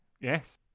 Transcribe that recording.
Yes